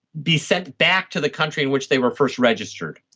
be sent back to the country in which they were first registered.